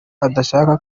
adashaka